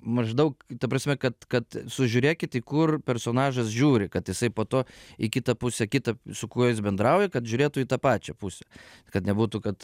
maždaug ta prasme kad kad sužiūrėkit į kur personažas žiūri kad jisai po to į kitą pusę kitą su kuo jis bendrauja kad žiūrėtų į tą pačią pusę kad nebūtų kad